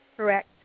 Correct